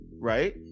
right